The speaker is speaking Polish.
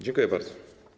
Dziękuję bardzo.